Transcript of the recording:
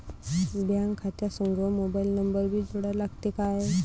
Bank खात्या संग mobile number भी जोडा लागते काय?